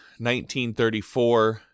1934